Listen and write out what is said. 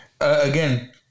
Again